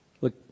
Look